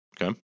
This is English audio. Okay